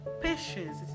patience